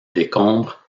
décombres